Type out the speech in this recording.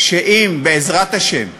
שאם, בעזרת השם,